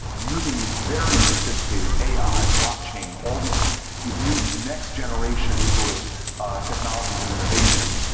using these very sophisticated ai, block chain all these these new, next generation sort of technologies and innovations,